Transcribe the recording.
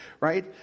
right